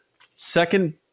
second